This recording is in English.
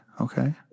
Okay